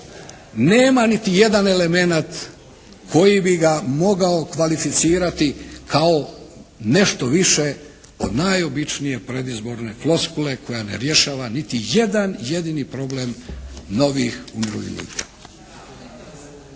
nema niti jedan elemenat koji bi ga mogao kvalificirati kao nešto više od najobičnije predizborne floskule koja ne rješava niti jedan jedini problem novih umirovljenika.